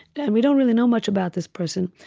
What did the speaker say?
and we don't really know much about this person.